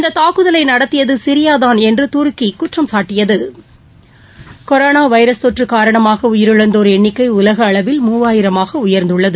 இந்த தாக்குதலை நடத்தியது சிரியாதான் என்று துருக்கி குற்றம் சாட்டியது கொரனோ வைரஸ் தொற்று காரணமாக உயிரிழந்தோா் எண்ணிக்கை உலக அளவில் மூவாயிரமாக உயர்ந்துள்ளது